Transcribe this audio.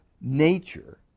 nature